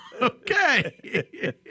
Okay